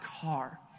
car